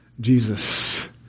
Jesus